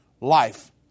life